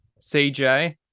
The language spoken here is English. CJ